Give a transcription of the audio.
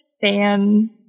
fan